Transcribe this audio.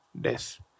death